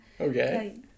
Okay